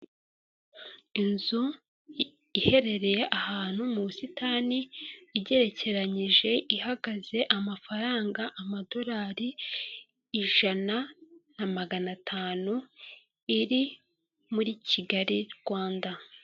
Inzu iherereye ahantu mu busitani igerekeranyije, ihagaze amafaranga amadolari ijana na magana atanu, iri muri Kigali Rwanda.